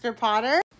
potter